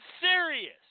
serious